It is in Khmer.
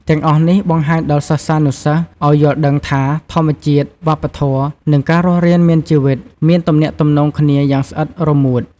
ទាំងអស់នេះ បង្ហាញដល់សិស្សានុសិស្សឱ្យយល់ដឹងថា ធម្មជាតិ វប្បធម៌ និង ការរស់រានមានជីវិតមានទំនាក់ទំនងគ្នាយ៉ាងស្អិតរមួត។